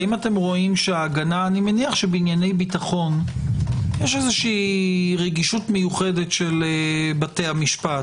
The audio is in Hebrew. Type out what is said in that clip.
אני מניח שבענייני ביטחון יש רגישות מיוחדת של בתי המשפט.